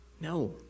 No